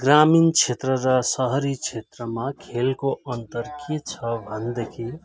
ग्रामीण क्षेत्र र सहरी क्षेत्रमा खेलको अन्तर के छ भनेदेखि